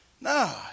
No